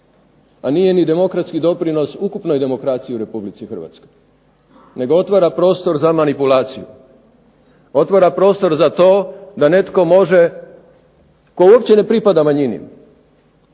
a nije ni demokratski doprinos ukupnoj demokraciji u Republici Hrvatskoj, nego otvara prostor za manipulaciju, otvara prostor za to da netko može tko uopće ne pripada manjini